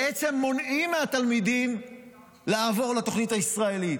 בעצם מונעים מהתלמידים לעבור לתוכנית הישראלית.